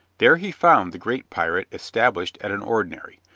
there he found the great pirate established at an ordinary,